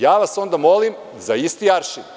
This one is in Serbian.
Ja vas onda molim za isti aršin.